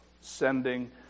sending